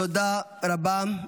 תודה רבה.